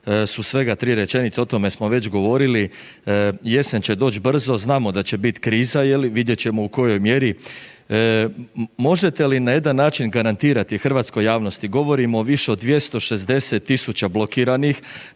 su svega 3 rečenice, o tome smo već govorili, jesen će doć brzo, znamo da će bit kriza je li, vidjet ćemo u kojoj mjeri, možete li na jedan način garantirati hrvatskoj javnosti, govorimo više od 260 000 blokiranih,